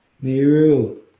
Miru